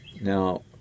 Now